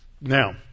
Now